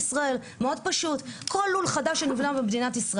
תשע דקות של חנק.